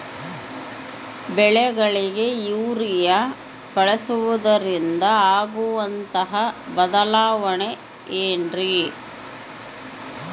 ಬೆಳೆಗಳಿಗೆ ಯೂರಿಯಾ ಬಳಸುವುದರಿಂದ ಆಗುವಂತಹ ಬದಲಾವಣೆ ಏನ್ರಿ?